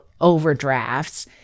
overdrafts